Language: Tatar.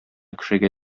кешегә